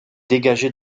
dégagée